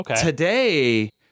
today